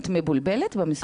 את מבולבלת במספרים,